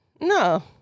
No